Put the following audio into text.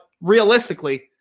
realistically